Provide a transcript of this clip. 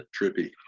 Trippy